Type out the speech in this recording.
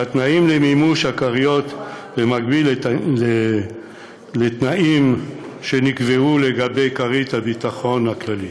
והתנאים למימוש הכריות מקבילים לתנאים שנקבעו לגבי כרית הביטחון הכללית.